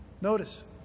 Notice